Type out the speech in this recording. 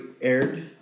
aired